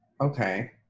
Okay